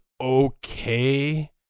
okay